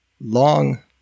long